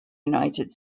united